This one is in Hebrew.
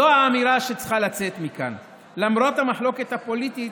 זו האמירה שצריכה לצאת מכאן למרות המחלוקת הפוליטית,